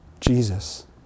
Jesus